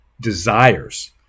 desires